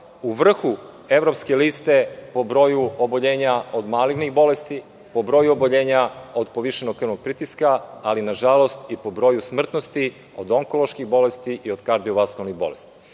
u vrhu evropske liste po broju oboljenja od malignih bolesti, po broju oboljenja od povišenog krvnog pritiska, ali nažalost i po broju smrtnosti od onkoloških bolesti i od kardiovaskularnih bolesti.